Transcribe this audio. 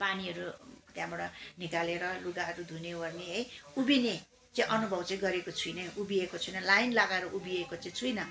पानीहरू त्यहाँबाट निकालेर लुगाहरू धुनेओर्ने है उभिने चाहिँ अनुभव चाहिँ गरेको छुइनँ उभिएको छुइनँ लाइन लगाएर उभिएको चाहिँ छुइनँ